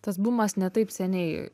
tas bumas ne taip seniai